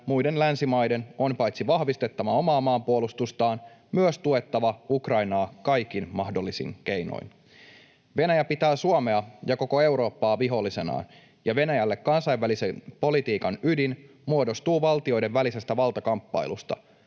muiden länsimaiden on paitsi vahvistettava omaa maanpuolustustaan myös tuettava Ukrainaa kaikin mahdollisin keinoin. Venäjä pitää Suomea ja koko Eurooppaa vihollisenaan, ja Venäjälle kansainvälisen politiikan ydin muodostuu valtioiden välisestä valtakamppailusta.